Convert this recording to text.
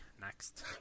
next